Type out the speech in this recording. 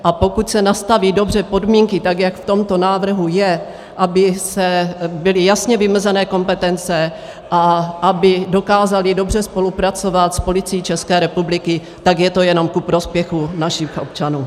A pokud se nastaví dobře podmínky, tak jak v tomto návrhu je, aby byly jasně vymezené kompetence a aby dokázali dobře spolupracovat s Policií ČR, tak je to jenom ku prospěchu našich občanů.